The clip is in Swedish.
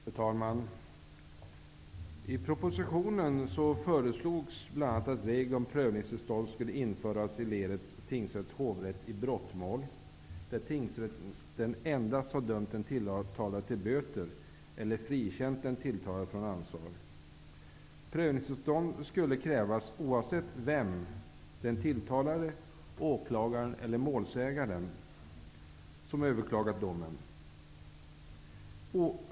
Fru talman! I propositionen föreslogs bl.a. att regler om prövningstillstånd skall införas i ledet tingsrätt--hovrätt i brottmål där tingsrätten har dömt den tilltalade endast till böter eller frikänt den tilltalade från ansvar. Prövningstillstånd skulle krävas oavsett vem -- den tilltalade, åklagaren eller målsäganden -- som överklagat domen.